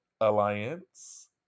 Alliance